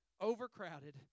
overcrowded